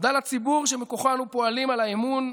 תודה לציבור שמכוחו אנו פועלים על האמון,